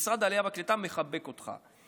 משרד העלייה והקליטה מחבק אותך,